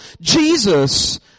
Jesus